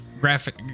graphic